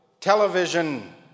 television